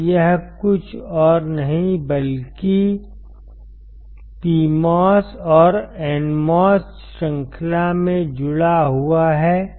अब यह कुछ और नहीं बल्कि PMOS और NMOS श्रृंखला में जुड़ा हुआ है